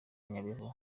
nyabihu